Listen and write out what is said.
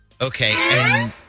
Okay